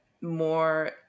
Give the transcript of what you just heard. more